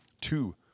Two